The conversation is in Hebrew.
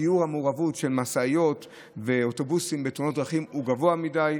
שיעור המעורבות של משאיות ואוטובוסים בתאונות דרכים הוא גבוה מדי.